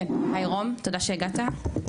תודה שהגעת.